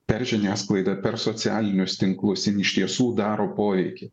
per žiniasklaidą per socialinius tinklus iš tiesų daro poveikį